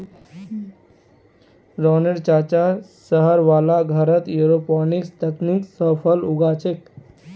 रोहनेर चाचा शहर वाला घरत एयरोपोनिक्स तकनीक स फल उगा छेक